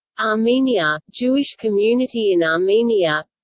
armenia jewish community in armenia